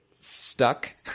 stuck